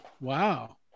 Wow